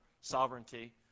sovereignty